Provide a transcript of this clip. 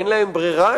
אין להן ברירה,